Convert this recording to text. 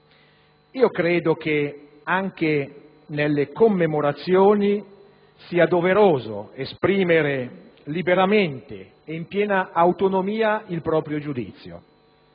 Credo che anche nelle commemorazioni sia doveroso esprimere liberamente e in piena autonomia il proprio giudizio;